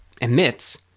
emits